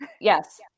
yes